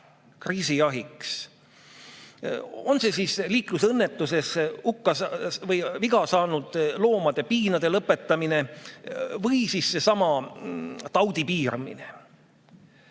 kriisijahiks. On see siis liiklusõnnetuses viga saanud loomade piinade lõpetamine või seesama taudi piiramine.